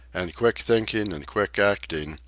and quick thinking and quick acting,